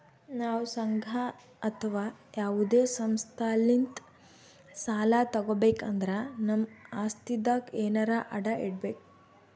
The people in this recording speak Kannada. ನಾವ್ ಸಂಘ ಅಥವಾ ಯಾವದೇ ಸಂಸ್ಥಾಲಿಂತ್ ಸಾಲ ತಗೋಬೇಕ್ ಅಂದ್ರ ನಮ್ ಆಸ್ತಿದಾಗ್ ಎನರೆ ಅಡ ಇಡ್ಬೇಕ್